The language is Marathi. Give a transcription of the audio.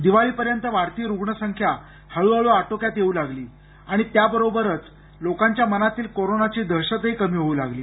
दिवाळी पर्यंत वाढती रुग्णसंख्या हळूहळू आटोक्यात येऊ लागली आणि त्याबरोबरच लोकांच्या मनातील कोरोनाची दहशतही कमी होऊ लागली